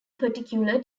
particular